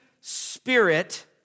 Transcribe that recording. Spirit